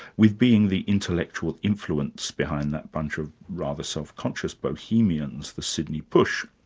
with being the intellectual influence behind that bunch of rather selfconscious bohemians, the sydney push.